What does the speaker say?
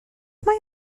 mae